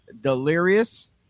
Delirious